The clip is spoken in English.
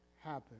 happen